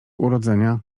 urodzenia